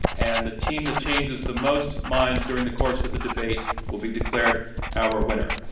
and the team that changes the most minds during the course of the debate will be declared our winner.